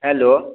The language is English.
hello